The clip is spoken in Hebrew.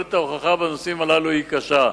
ויכולת ההוכחה בנושאים הללו היא קשה.